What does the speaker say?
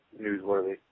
newsworthy